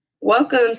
Welcome